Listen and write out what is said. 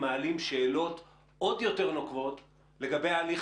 מעלים שאלות עוד יותר נוקבות לגבי ההליך